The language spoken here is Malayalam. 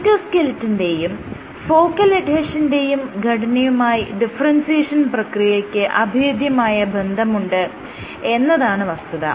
സൈറ്റോസ്കെലിറ്റന്റെയും ഫോക്കൽ എഡ്ഹെഷന്റെയും ഘടനയുമായി ഡിഫറെൻസിയേഷൻ പ്രക്രിയയ്ക്ക് അഭേദ്യമായ ബന്ധമുണ്ട് എന്നതാണ് വസ്തുത